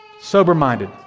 Sober-minded